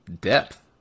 Depth